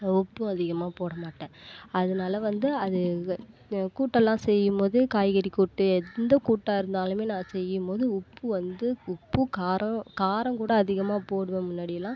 உப்பும் அதிகமாக போடமாட்டேன் அதனால வந்து அது கூட்டெல்லாம் செய்யும் போது காய்கறி கூட்டு எந்த கூட்டாக இருந்தாலுமே நா செய்யும் போது உப்பு வந்து உப்பு காரம் காரம் கூட அதிகமாக போடுவேன் முன்னாடியெல்லாம்